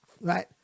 right